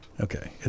Okay